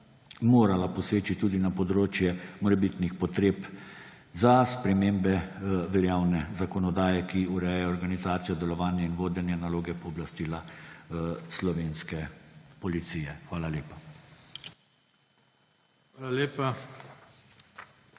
morala poseči tudi na področje morebitnih potreb za spremembe veljavne zakonodaje, ki urejajo organizacijo, delovanje in vodenje, naloge in pooblastila slovenske policije. Hvala lepa.